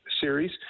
series